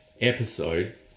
episode